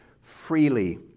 freely